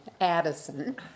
Addison